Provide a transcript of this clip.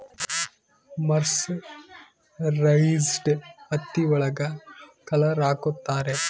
mercerised ಹತ್ತಿ ಒಳಗ colour ಹಾಕುತ್ತಾರೆ